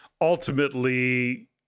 ultimately